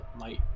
light